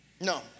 No